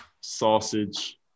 sausage